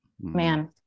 man